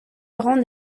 grand